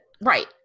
right